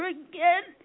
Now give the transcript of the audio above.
again